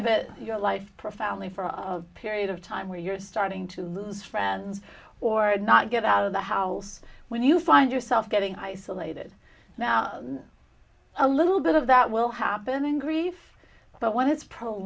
it your life profoundly for of period of time where you're starting to lose friends or not get out of the house when you find yourself getting isolated now a little bit of that will happen in grief but when it's